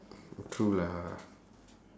true lah